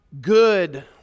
good